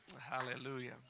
Hallelujah